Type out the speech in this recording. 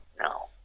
no